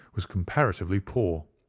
was comparatively poor.